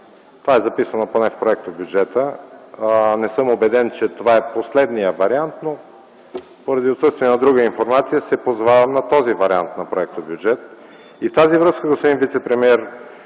Това е записано поне в проектобюджета. Не съм убеден, че това е последният вариант, но поради отсъствие на друга информация се позовавам на този вариант на проектобюджет. В тази връзка, господин вицепремиер,